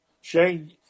Shane